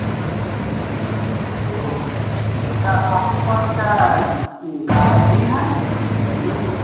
हाँ तो आप अच्छा आप के पास क्या गाय भी हैं गैया